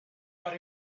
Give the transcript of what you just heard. but